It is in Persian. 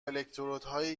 الکترودهایی